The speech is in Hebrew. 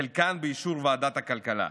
חלקן באישור ועדת הכלכלה.